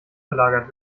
verlagert